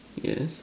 yes